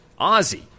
Ozzy